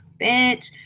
bitch